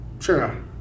Sure